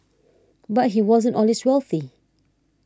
but he wasn't always wealthy